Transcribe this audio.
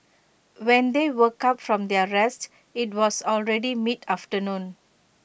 when they woke up from their rest IT was already mid afternoon